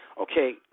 okay